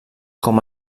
com